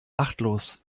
achtlos